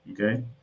okay